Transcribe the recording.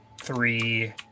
three